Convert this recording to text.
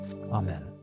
amen